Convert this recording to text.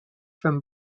from